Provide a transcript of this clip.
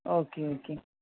okay okay